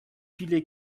viele